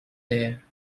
there